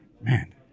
man